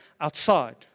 outside